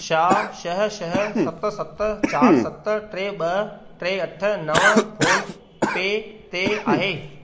छा छह छह सत सत चार सत टे ॿ ट्व अठ नव फोन पे ते आहे